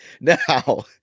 Now